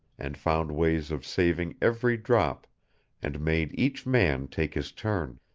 and found ways of saving every drop and made each man take his turn